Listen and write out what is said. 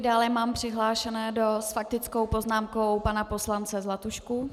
Dále mám přihlášeného s faktickou poznámkou pana poslance Zlatušku.